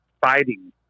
fighting